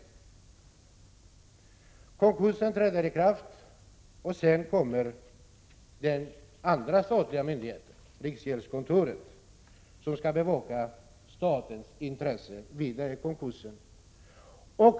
Konkursen träder i kraft, och sedan kommer den andra statliga myndigheten in, riksgäldskontoret, som skall bevaka statens intresse i konkursen.